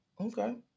Okay